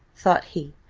thought he,